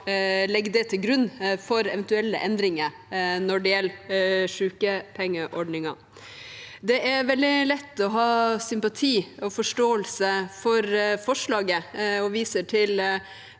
det legges til grunn for eventuelle endringer når det gjelder sykepengeordningen. Det er veldig lett å ha sympati og forståelse for forslaget, og jeg viser til